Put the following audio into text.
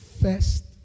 first